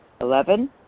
Eleven